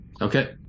Okay